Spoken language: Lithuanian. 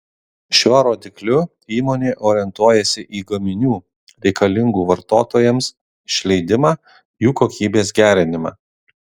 šiuo rodikliu įmonė orientuojasi į gaminių reikalingų vartotojams išleidimą jų kokybės gerinimą